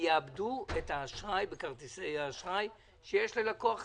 יאבדו את האשראי בכרטיסי האשראי שיש ללקוח רגיל.